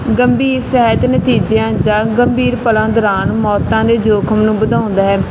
ਗੰਭੀਰ ਸਹਿਤ ਨਤੀਜਿਆਂ ਜਾਂ ਗੰਭੀਰ ਪਲਾਂ ਦੌਰਾਨ ਮੌਤਾਂ ਦੇ ਜੋਖਮ ਨੂੰ ਵਧਾਉਂਦਾ ਹੈ